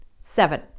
Seven